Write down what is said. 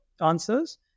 answers